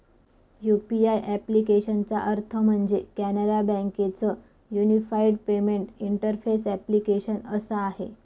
UPI ॲप्लिकेशनचा अर्थ म्हणजे, कॅनरा बँके च युनिफाईड पेमेंट इंटरफेस ॲप्लीकेशन असा आहे